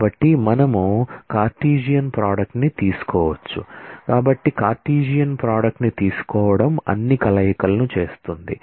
కాబట్టి మనము Cartesian product ని తీసుకోవచ్చు ని తీసుకోవడం అన్ని కలయికలను చేస్తుంది